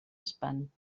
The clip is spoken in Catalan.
espant